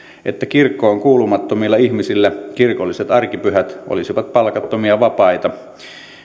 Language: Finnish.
että kirkkoon kuulumattomilla ihmisillä kirkolliset arkipyhät olisivat palkattomia vapaita